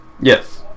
Yes